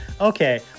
Okay